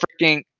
freaking